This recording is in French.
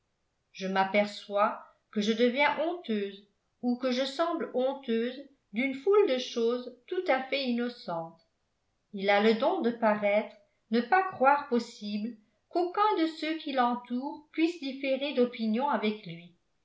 je m'aperçois que je deviens honteuse ou que je semble honteuse d'une foule de choses tout à fait innocentes il a le don de paraître ne pas croire possible qu'aucun de ceux qui l'entourent puissent différer d'opinion avec lui